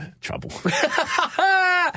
trouble